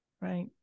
right